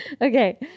Okay